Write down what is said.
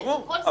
ברור.